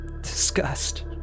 disgust